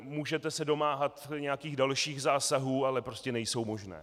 Můžete se domáhat nějakých dalších zásahů, ale prostě nejsou možné.